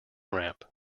ramp